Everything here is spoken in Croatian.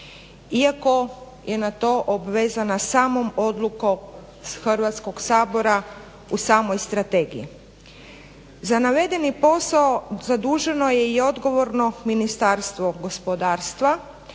iako je na to obvezana samom odlukom Hrvatskog sabora u samoj strategiji. Za navedeni posao zaduženo je i odgovorno Ministarstvo gospodarstva